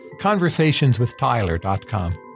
conversationswithtyler.com